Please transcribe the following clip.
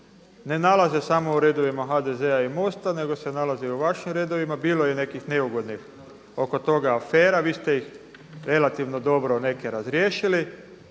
ne nalaze samo u redovima HDZ-a i MOST-a nego se nalaze i u vašim redovima. Bilo je nekih neugodnih oko toga afera, vi ste ih relativno dobro neke razriješili,